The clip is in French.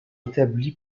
établit